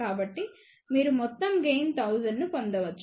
కాబట్టి మీరు మొత్తం గెయిన్ 1000 ను పొందవచ్చు